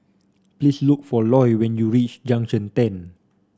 please look for Loy when you reach Junction Ten